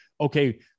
okay